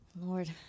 Lord